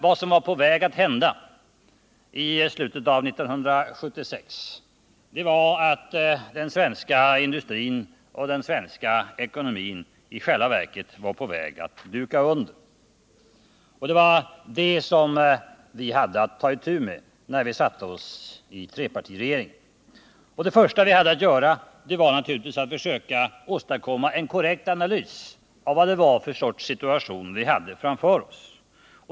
Vad som var på väg att hända i slutet av år 1976 var att den svenska industrin och den svenska ekonomin i själva verket var på väg att duka under. Det var det som vi hade att ta itu med när vi satte oss i trepartiregeringen. Det första vi hade att göra var naturligtvis att försöka åstadkomma en korrekt analys av vad för sorts situation vi hade framför oss.